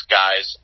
guys